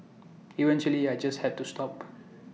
eventually I just had to stop